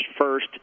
first